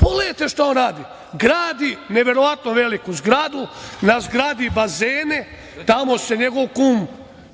pogledajte šta on radi, gradi neverovatno veliku zgradu, na zgradi bazene, tamo se njegov kum